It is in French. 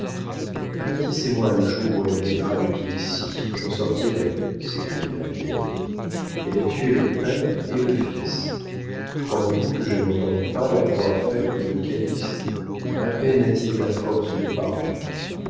avertissez moi le jour où elle mettra les pieds ici j'en sortirai s'écria la vieille elle a tué le père et le fils croyez-vous que je n'entende pas la voix faible de calyste à peine a-t-il la force de parler